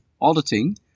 auditing